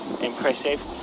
impressive